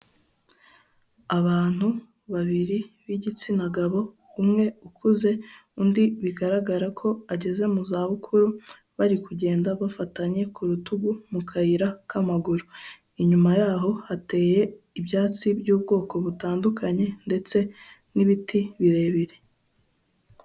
Abantu babiri b'igitsina gabo; umwe ukuze undi bigaragara ko ageze mu zabukuru bari kugenda bafatanye ku rutugu mu kayira k'amaguru, inyuma yaho hateye ibyatsi by'ubwoko butandukanye ndetse n'ibiti birebire.